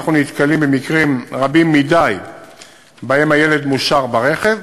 אנחנו נתקלים במקרים רבים מדי שבהם הילד מושאר ברכב.